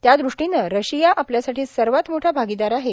त्यादृष्टीनं रशिया आपल्यासाठी सर्वात मोठा भागीदार आहे